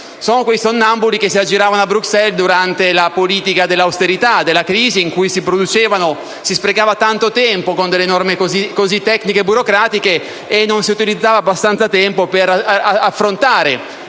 sono quei sonnambuli che si aggiravano a Bruxelles durante la politica dell'austerità e della crisi, quando si sprecava tanto tempo con norme tecniche e burocratiche e non si utilizzava abbastanza tempo per affrontare